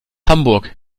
hamburg